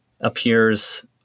appears